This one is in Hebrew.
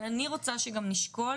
אבל אני רוצה שגם נשקול